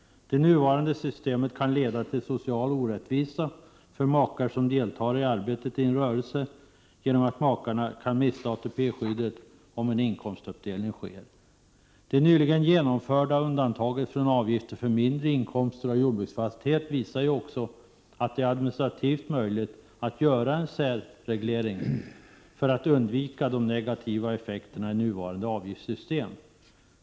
Det nuvarande systemet kan leda till social orättvisa för makar som deltar i arbetet i en rörelse, eftersom makarna kan mista ATP-skyddet om en inkomstuppdelning sker. Det nyligen genomförda undantaget för avgifter för mindre inkomster av jordbruksfastighet visar att det är administrativt möjligt att göra en särreglering för att undvika de negativa effekterna i nuvarande avgiftssystem.